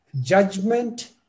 Judgment